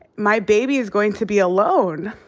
my baby's going to be alone.